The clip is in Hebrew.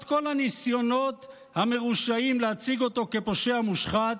כל הניסיונות המרושעים להציג אותו כפושע מושחת,